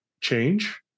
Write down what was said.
change